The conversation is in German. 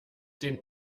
den